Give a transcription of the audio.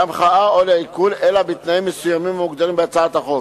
להמחאה או לעיקול אלא בתנאים מסוימים המוגדרים בהצעת החוק.